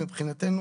מבחינתנו